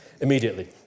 immediately